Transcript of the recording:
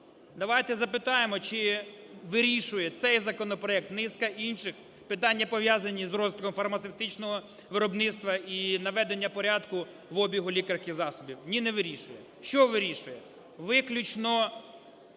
давайте запитаємо: чи вирішує цей законопроект, низка інших питання, пов'язані з розвитком фармацевтичного виробництва і наведення порядку в обігу лікарських засобів? Ні, не вирішує. Що вирішує? Виключно